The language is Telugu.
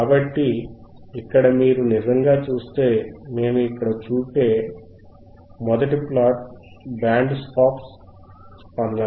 కాబట్టి ఇక్కడ మీరు నిజంగా చూస్తే మేము ఇక్కడ చూసే మొదటి ప్లాట్ బ్యాండ్ స్టాప్ స్పందన